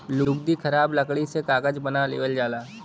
लुगदी खराब लकड़ी से कागज बना लेवल जाला